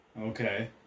Okay